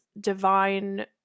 divine